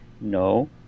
No